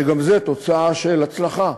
שגם זה תוצאה של הצלחה,